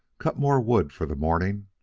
cut more wood for the morning,